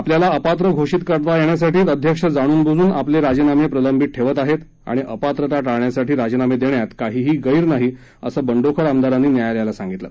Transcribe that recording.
आपल्याला अपात्र घोषित करता यष्विसाठीच अध्यक्ष जाणून बुजून आपल राजीनामप्रिलंबित ठक्के आहक्त आणि अपात्रता टाळण्यासाठी राजीनामदिष्यात काहीही गैर नाही असं बंडखोर आमदारांनी न्यायालयात सांगितलं